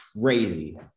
crazy